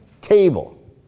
table